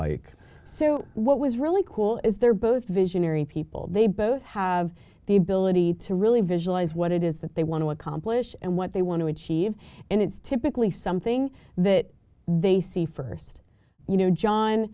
so what was really cool is they're both visionary people they both have the ability to really visualize what it is that they want to accomplish and what they want to achieve and it's typically something that they see first you know john